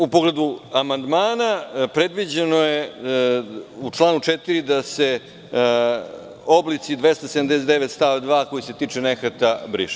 U pogledu amandmana, predviđeno je u članu 4. da se oblici 279. stav 2. koji se tiču nehata brišu.